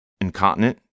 incontinent